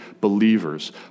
believers